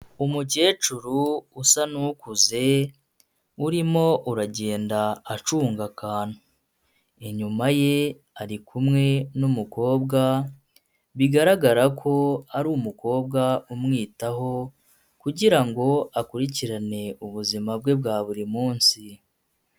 Umukecuru usa n'ukuze, urimo uragenda acunga akantu, inyuma ye ari kumwe n'umukobwa, bigaragara ko ari umukobwa umwitaho, kugira ngo akurikirane ubuzima bwe bwa buri munsi.